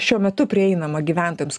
šiuo metu prieinama gyventojams